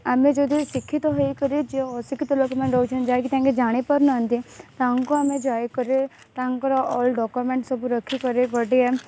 ଆମେ ଯଦି ଶିକ୍ଷିତ ହୋଇକରି ଯେଉଁ ଅଶିକ୍ଷିତ ଲୋକମାନେ ରହୁଛନ୍ତି ଯାହାକି ତାଙ୍କେ ଜାଣିପାରୁନାହାନ୍ତି ତାଙ୍କୁ ଆମେ ଯାଇ କରି ତାଙ୍କର ଅଲ୍ ଡକ୍ୟୁମେଣ୍ଟ୍ ସବୁ ରଖି କରି